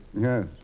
Yes